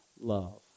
love